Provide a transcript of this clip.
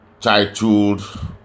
titled